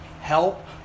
help